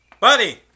Buddy